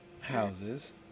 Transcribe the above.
houses